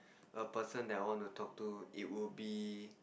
a person that I want to talk to it would be